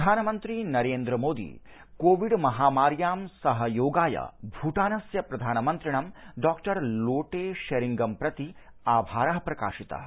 प्रधानमन्त्री नरेन्द्र मोदी कोविड् महामार्यां सहयोगाय भूटानस्य प्रधानमन्त्रिणं डॉक्टर् लोटे शेरिगं प्रति आभारः प्रकाशितः